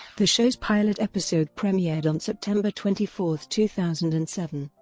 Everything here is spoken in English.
the show's pilot episode premiered on september twenty four, two thousand and seven.